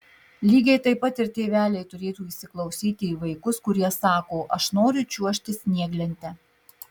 lygiai taip pat ir tėveliai turėtų įsiklausyti į vaikus kurie sako aš noriu čiuožti snieglente